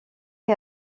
est